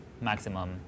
maximum